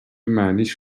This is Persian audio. معنیش